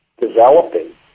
developing